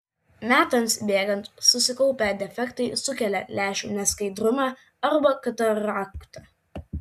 metams bėgant susikaupę defektai sukelia lęšių neskaidrumą arba kataraktą